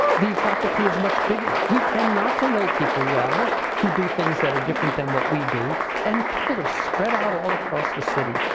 the faculty is much bigger. we tend not to know people well who do things that are different than what we do and people are spread out all across the city.